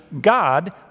God